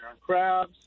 crabs